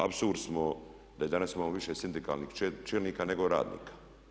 Apsurd smo da danas imamo više sindikalnih čelnika nego radnika.